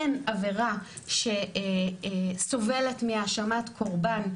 אין עבירה שסובלת מהאשמת קורבן,